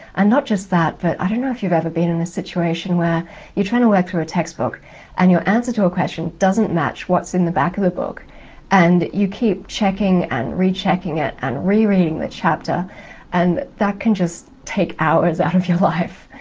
and not just that but. i don't know if you've ever been in a situation where you're trying to work through a textbook and your answer to a question doesn't match what's in the back of the book and you keep checking and rechecking it and rereading the chapter and that can just take hours out of your life.